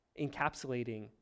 encapsulating